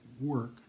work